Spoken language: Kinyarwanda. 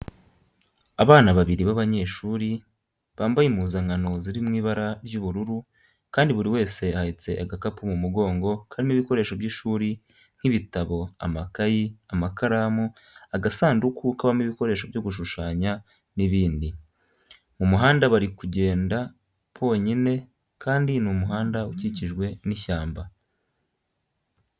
Abana babiri b'abanyeshuri, bambaye impuzankano ziri mu ibara ry'ubururu kandi buri wese ahetse agakapu mu mugongo karimo ibikoresho by'ishuri nk'ibitabo, amakayi, amakaramu, agasanduku kabamo ibikoresho byo gushushanya n'ibindi. Mu muhanda bari kugenda bonyine kandi ni umuhanda ukikijwe n'ishyamba.